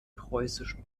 preußischen